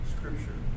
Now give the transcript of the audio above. Scripture